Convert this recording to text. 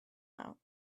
out